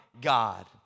God